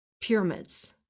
pyramids